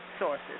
sources